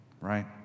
right